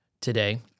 today